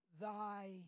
thy